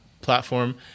platform